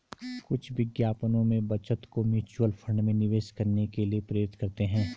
कुछ विज्ञापनों में बचत को म्यूचुअल फंड में निवेश करने के लिए प्रेरित करते हैं